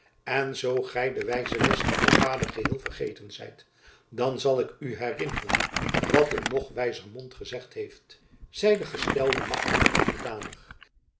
en zoo gy de wijze lessen van vader geheel vergeten zijt dan zal ik u herinneren wat een nog wijzer mond gezegd heeft zijt den gestelden machten onderdanig